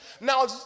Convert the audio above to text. Now